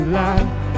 life